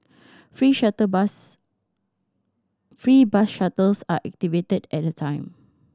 free shuttle bus free bus shuttles are activated at the time